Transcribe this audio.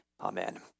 amen